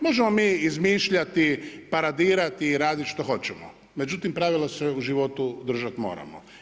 Možemo mi izmišljati, paradirati, radit što hoćemo međutim pravila se u životu držat moramo.